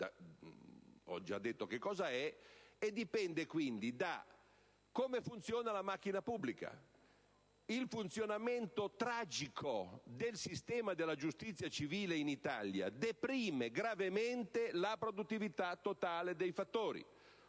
totale dei fattori dipende da come funziona la macchina pubblica. Il funzionamento tragico del sistema della giustizia civile in Italia deprime gravemente la produttività totale dei fattori.